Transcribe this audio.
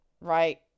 right